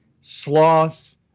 sloth